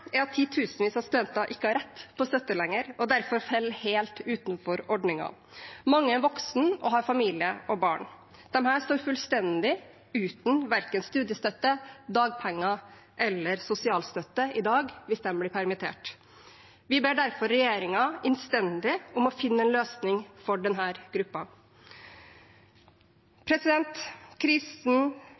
er at titusenvis av studenter ikke har rett på støtte lenger og derfor faller helt utenfor ordningen. Mange er voksne og har familie og barn. Disse står i dag fullstendig uten studiestøtte, dagpenger eller sosialstøtte hvis de blir permittert. Vi ber derfor regjeringen innstendig om å finne en løsning for